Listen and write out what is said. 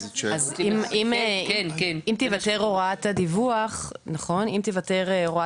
אם תיוותר הוראת הדיווח לכנסת,